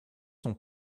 son